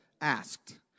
Asked